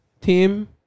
team